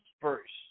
first